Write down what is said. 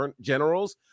generals